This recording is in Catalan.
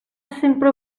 sempre